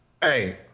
Hey